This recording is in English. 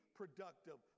productive